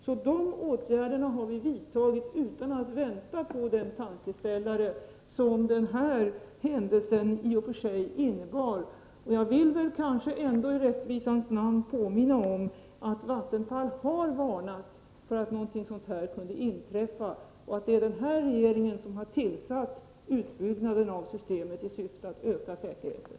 Dessa åtgärder har vi vidtagit utan att vänta på den tankeställare som det nu inträffade i och för sig innebar. Jag vill i rättvisans namn också påminna om att Vattenfall har varnat för att någonting sådant här kunde inträffa och att det är den nuvarande regeringen som har initierat utbyggnaden av systemet i syfte att öka säkerheten.